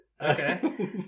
Okay